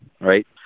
right